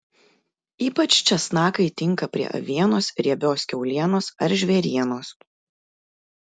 ypač česnakai tinka prie avienos riebios kiaulienos ar žvėrienos